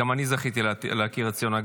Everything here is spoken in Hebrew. גם אני זכיתי להכיר את ציונה.